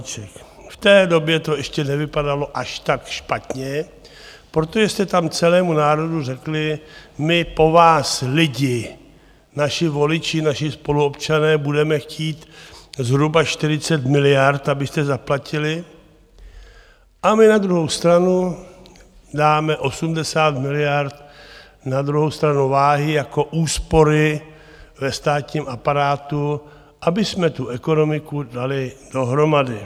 V té době to ještě nevypadalo až tak špatně, protože jste tam celému národu řekli: My po vás, lidi, naši voliči, naši spoluobčané, budeme chtít zhruba 40 miliard, abyste zaplatili, a my na druhou stranu dáme 80 miliard na druhou stranu váhy jako úspory ve státním aparátu, abychom tu ekonomiku dali dohromady.